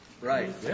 Right